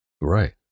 right